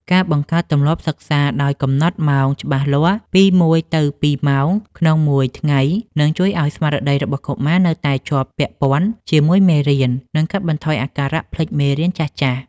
ការបង្កើតទម្លាប់សិក្សាដោយកំណត់ម៉ោងច្បាស់លាស់ពីមួយទៅពីរម៉ោងក្នុងមួយថ្ងៃ នឹងជួយឱ្យស្មារតីរបស់កុមារនៅតែជាប់ពាក់ព័ន្ធជាមួយមេរៀន និងកាត់បន្ថយអាការៈភ្លេចមេរៀនចាស់ៗ។